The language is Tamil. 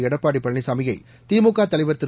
எடப்பாடி பழனிசாமியை திமுக தலைவர் திரு